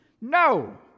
No